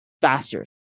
faster